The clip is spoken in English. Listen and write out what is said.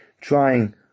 trying